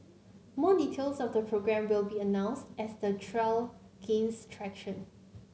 more details of the programme will be announced as the trial gains traction